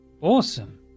Awesome